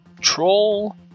troll